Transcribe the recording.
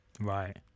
right